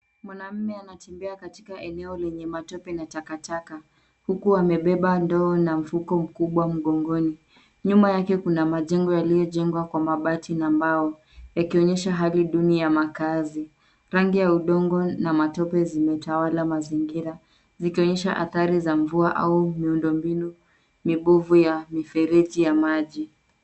Mwanaume anatembea katika eneo lenye matope na takataka huku amebeba ndoo na mfuko mkubwa mgongoni. Nyuma yake kuna majengo yaliyojengwa kwa mabati na mbao, yakionyesha hali duni ya makazi. Rangi ya udongo na matope zimetawala mazingira zikionyesha hatari za mvua au miundombinu mibovu ya mifereji ya maji.